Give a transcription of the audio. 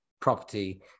property